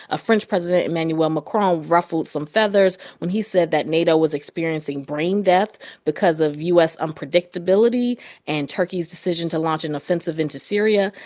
french president emmanuel macron ruffled some feathers when he said that nato was experiencing brain death because of u s. unpredictability and turkey's decision to launch an offensive into syria.